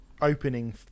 opening